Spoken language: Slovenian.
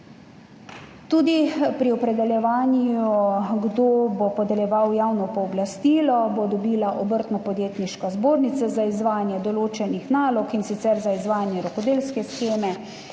muzej. Pri opredeljevanju, kdo bo podeljeval javno pooblastilo, bo le-to dobila Obrtno-podjetniška zbornica za izvajanje določenih nalog, in sicer za izvajanje rokodelske sheme,